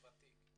חדש-ותיק.